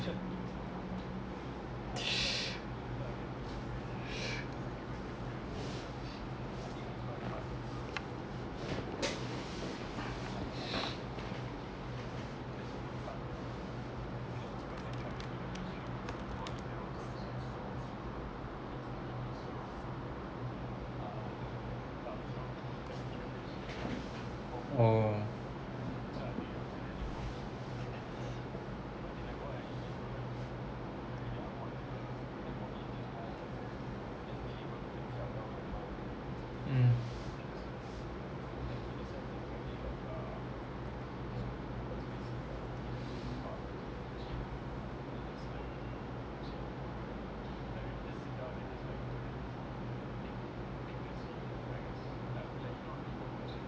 oh mm